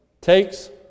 takes